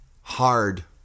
hard